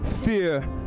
Fear